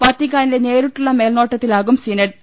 വത്തിക്കാന്റെ നേരിട്ടുള്ള മേൽനോട്ടത്തിലാകും സിനഡ്